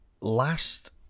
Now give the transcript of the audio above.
last